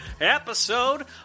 episode